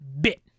bit